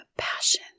passion